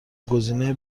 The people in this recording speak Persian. گزینه